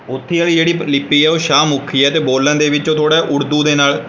ਉੱਥੇ ਵਾਲੀ ਜਿਹੜੀ ਲਿਪੀ ਆ ਉਹ ਸ਼ਾਹ ਮੁਖੀ ਆ ਅਤੇ ਬੋਲਣ ਦੇ ਵਿੱਚੋਂ ਥੋੜ੍ਹਾ ਉਰਦੂ ਦੇ ਨਾਲ